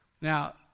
Now